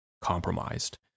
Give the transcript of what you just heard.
compromised